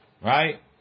right